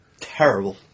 terrible